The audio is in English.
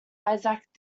isaac